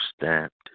stamped